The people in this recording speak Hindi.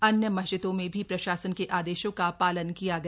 अन्य मस्जिदों में भी प्रशासन के आदेशों का पालन किया गया